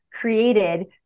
created